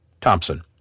Thompson